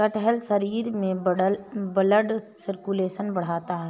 कटहल शरीर में ब्लड सर्कुलेशन बढ़ाता है